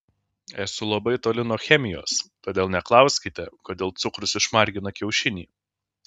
esu labai toli nuo chemijos todėl neklauskite kodėl cukrus išmargina kiaušinį